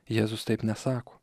jėzus taip nesako